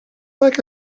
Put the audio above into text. like